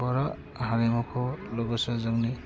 बर' हारिमुखौ लोगोसे जोंनि